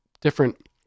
different